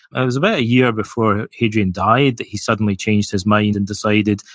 it was about a year before hadrian died that he suddenly changed his mind and decided,